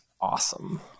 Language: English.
awesome